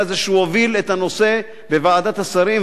הזה שהוא הוביל את הנושא בוועדת השרים.